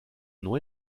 nur